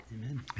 Amen